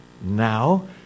Now